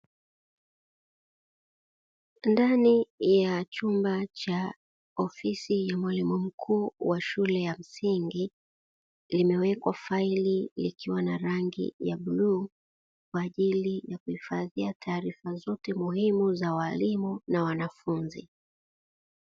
Ndani ya chumba cha ofisi ya mwalimu mkuu wa shule ya msingi, limewekwa faili likiwa na rangi ya bluu kwa ajili ya kuhifadhia taarifa zote muhimu za walimu na wanafunzi.